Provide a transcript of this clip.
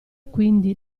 quindi